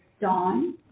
Dawn